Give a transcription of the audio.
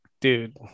dude